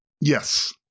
Yes